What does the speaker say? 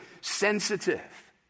sensitive